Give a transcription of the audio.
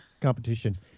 competition